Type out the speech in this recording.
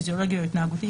פיזיולוגי או התנהגותי,